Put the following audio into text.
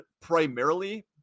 primarily